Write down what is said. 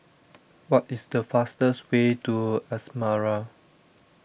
What IS The fastest Way to Asmara